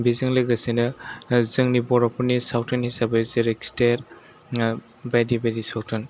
बिजों लोगोसेनो जोंनि बर'फोरनि सावथुन हिसाबै जेरै खिथेर बायदि बायदि सावथुन